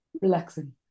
relaxing